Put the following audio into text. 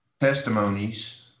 testimonies